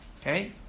Okay